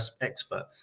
expert